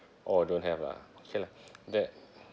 oh don't have ah okay lah that